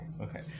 okay